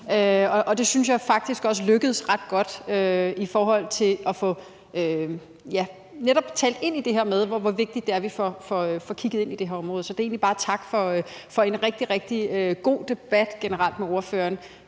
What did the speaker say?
og jeg synes faktisk også, det er lykkedes ret godt i forhold til netop at få talt ind i det her med, hvor vigtigt det er, at vi får kigget på det her område. Så jeg vil egentlig bare sige tak for en generelt rigtig, rigtig god debat med ordføreren